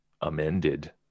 amended